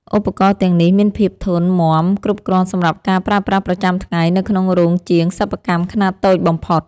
ឧបករណ៍ទាំងនេះមានភាពធន់មាំគ្រប់គ្រាន់សម្រាប់ការប្រើប្រាស់ប្រចាំថ្ងៃនៅក្នុងរោងជាងសិប្បកម្មខ្នាតតូចបំផុត។